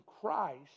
Christ